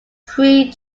three